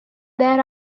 there